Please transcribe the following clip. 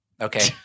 Okay